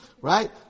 Right